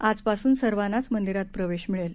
आजपासुन सर्वांनाच मंदिरात प्रवेश मिळेल